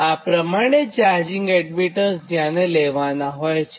આ પ્રમાણે charging admittance ધ્યાને લેવાનાં હોય છે